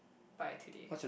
by today